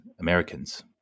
Americans